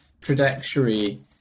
trajectory